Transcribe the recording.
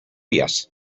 yes